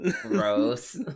gross